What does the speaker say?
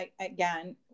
Again